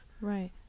Right